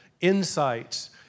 insights